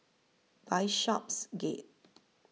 Bishopsgate